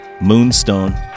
Moonstone